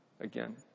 again